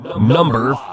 Number